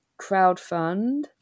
crowdfund